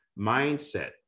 mindset